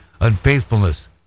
unfaithfulness